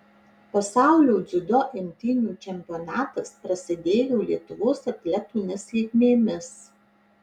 pasaulio dziudo imtynių čempionatas prasidėjo lietuvos atletų nesėkmėmis